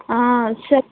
స